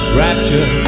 rapture